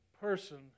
person